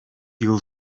yıl